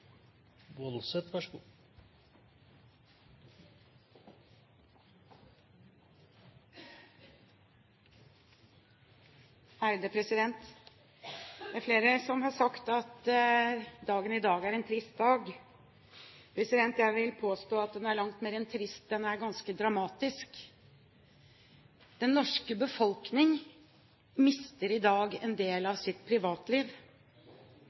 ikke gjort. Så Senterpartiets dissens i regjering og personvernalliansens nei til direktivet står seg fortsatt meget godt. Det er flere som har sagt at dagen i dag er en trist dag. Jeg vil påstå at den er langt mer enn trist – den er ganske dramatisk. Den norske befolkning mister i dag en del av sitt